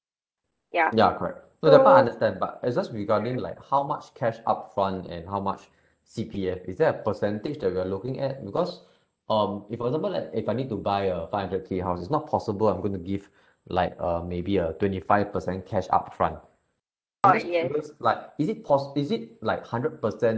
ya correct so the part I understand but it's just regarding like how much cash upfront and how much C_P_F is there a percentage that we're looking at because um if for example like if I need to buy a five hundred K house it's not possible I'm gonna give like uh maybe a twenty five percent cash upfront I'm just curious like is it pos~ is it like hundred percent